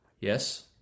Yes